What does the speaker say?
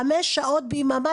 חמש שעות ביממה.